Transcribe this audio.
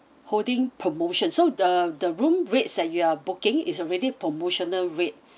holding promotion so the the room rates that you're booking is already promotional rate